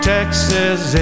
Texas